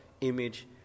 Image